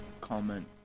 comment